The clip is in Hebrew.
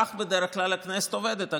כך בדרך כלל הכנסת עובדת,